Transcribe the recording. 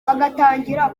bagatangira